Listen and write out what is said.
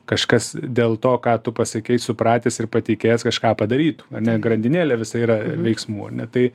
kažkas dėl to ką tu pasakei supratęs ir patikėjęs kažką padarytų ar ne grandinėlė visa yra veiksmų ar ne tai